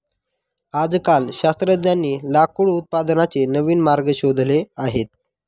आजकाल शास्त्रज्ञांनी लाकूड उत्पादनाचे नवीन मार्ग शोधले आहेत